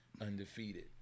undefeated